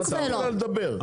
נתתי לה לדבר,